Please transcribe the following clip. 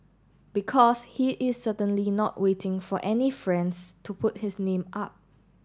because he is certainly not waiting for any friends to put his name up